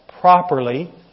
properly